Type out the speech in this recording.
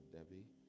Debbie